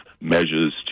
measures